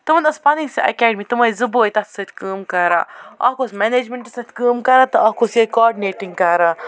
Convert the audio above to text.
تِمَن ٲسۍ پَنٕنۍ سۄ اٮ۪کیڈمی تِم ٲسۍ زٕ بٲے تَتھ سۭتۍ کٲم کران اَکھ اوس مَنیجمٮ۪نٛٹَس سۭتۍ کٲم کران تہٕ اَکھ اوس یِہوٚے کاڈٕنٮ۪ٹِنٛگ کران